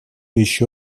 еще